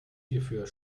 hierfür